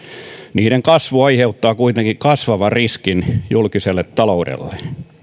niiden kasvu aiheuttaa kuitenkin kasvavan riskin julkiselle taloudelle